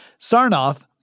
Sarnoff